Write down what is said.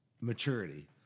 maturity